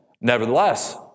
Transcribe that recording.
nevertheless